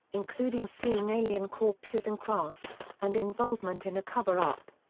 including seeing alien corpses and craft, and involvement in a cover-up.